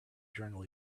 journal